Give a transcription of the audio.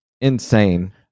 insane